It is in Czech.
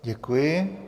Děkuji.